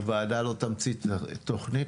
הוועדה לא תמציא תוכנית,